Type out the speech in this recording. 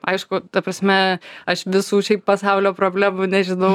aišku ta prasme aš visų šiaip pasaulio problemų nežinau